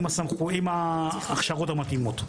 עם ההכשרות המתאימות.